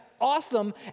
awesome